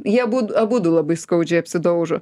jie abud abudu labai skaudžiai apsidaužo